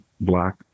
black